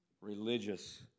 Religious